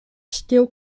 stil